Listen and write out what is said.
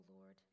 Lord